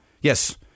yes